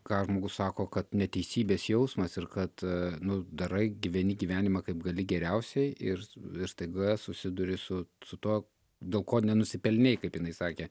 ką žmogus sako kad neteisybės jausmas ir kad nu darai gyveni gyvenimą kaip gali geriausiai ir staiga susiduri su su tuo dėl ko nenusipelnei kaip jinai sakė